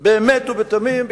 באמת ובתמים.